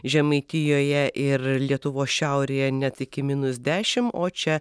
žemaitijoje ir lietuvos šiaurėje net iki minus dešimt o čia